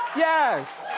yes,